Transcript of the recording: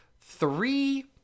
three